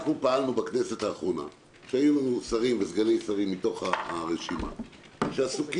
אנחנו פעלנו בכנסת האחרונה כשהיו שרים וסגני שרים מתוך הרשימה שעסוקים